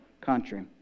country